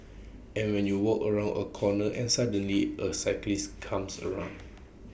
and when you walk around A corner and suddenly A cyclist comes around